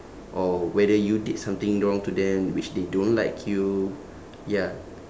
or whether you did something wrong to them which they don't like you ya